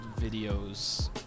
videos